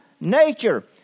nature